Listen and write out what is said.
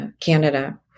Canada